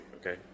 okay